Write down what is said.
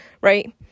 right